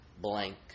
blank